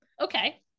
okay